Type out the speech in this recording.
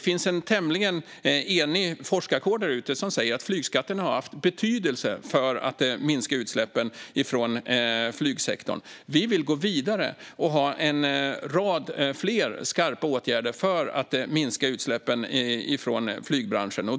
En tämligen enig forskarkår säger att flygskatten har haft betydelse för att minska utsläppen från flygsektorn. Vi vill gå vidare och har en rad ytterligare skarpa åtgärder för att minska utsläppen från flygbranschen.